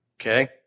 okay